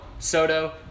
Soto